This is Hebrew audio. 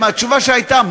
מהתשובה שהייתה,